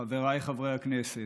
חבריי חברי הכנסת,